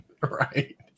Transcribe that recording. Right